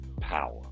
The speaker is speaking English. power